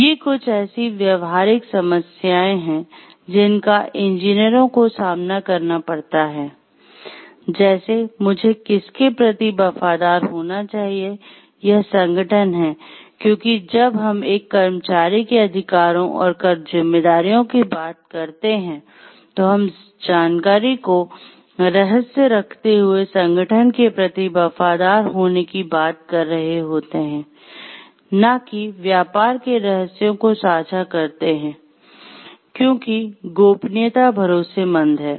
ये कुछ ऐसी व्यावहारिक समस्याएं हैं जिनका इंजीनियरों को सामना करना पड़ता है जैसे मुझे किसके प्रति वफादार होना चाहिए यह संगठन है क्योंकि जब हम एक कर्मचारी के अधिकारों और जिम्मेदारियों की बात करते हैं तो हम जानकारी को रहस्य रखते हुए संगठन के प्रति वफादार होने की बात कर रहे होते हैं न कि व्यापार के रहस्यों को साझा करते है क्योंकि गोपनीयता भरोसेमंद है